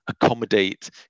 accommodate